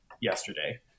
yesterday